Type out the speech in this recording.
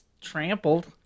trampled